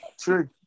True